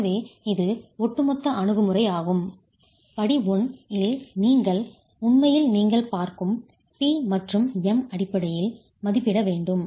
எனவே இது ஒட்டுமொத்த அணுகுமுறையாகும் படி 1 இல் நீங்கள் உண்மையில் நீங்கள் பார்க்கும் P மற்றும் M அடிப்படையில் மதிப்பிட வேண்டும்